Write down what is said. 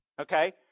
Okay